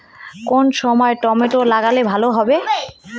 কোন সময় টমেটো লাগালে ভালো হবে?